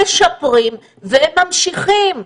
משפרים וממשיכים.